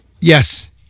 Yes